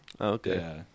Okay